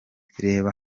reba